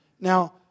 Now